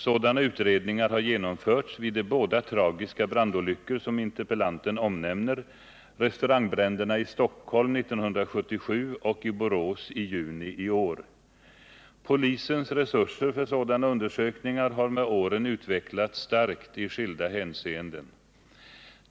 Sådana utredningar har genomförts vid de båda tragiska brandolyckor som interpellanten omnämner — restaurangbränderna i Stockholm 1977 och i Borås i juni i år. Polisens resurser för sådana undersökningar har med åren utvecklats starkt i skilda hänseenden.